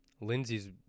Lindsey's